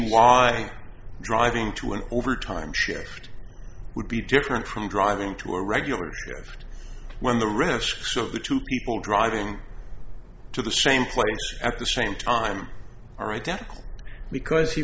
why driving to an overtime shift would be different from driving to a regular guest when the risks of the two people driving to the same place at the same time are identical because he